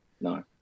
No